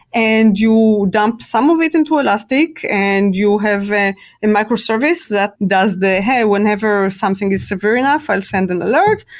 and you dump some of it into elastic and you have a and microservices that does, hey, whenever something is severe enough, i'll send an alert,